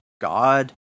God